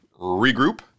regroup